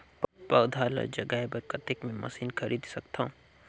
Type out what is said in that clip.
पौधा ल जगाय बर कतेक मे मशीन खरीद सकथव?